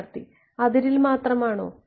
വിദ്യാർത്ഥി അതിരിൽ മാത്രമാണോ